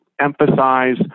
emphasize